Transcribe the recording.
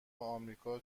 امریکا